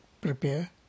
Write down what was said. prepare